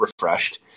refreshed